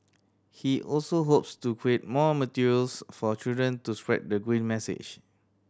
he also hopes to create more materials for children to spread the green message